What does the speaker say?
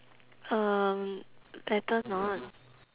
um better not